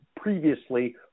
previously